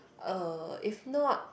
uh if not